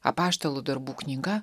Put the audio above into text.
apaštalų darbų knyga